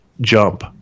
jump